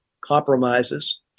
compromises